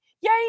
yay